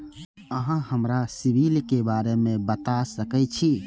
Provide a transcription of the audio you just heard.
अहाँ हमरा सिबिल के बारे में बता सके छी?